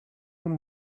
one